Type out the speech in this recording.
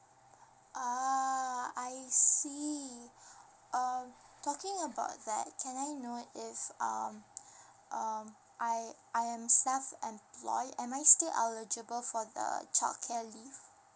ah I see err talking about that can I know if um um I I am self employing am I still eligible for the childcare leave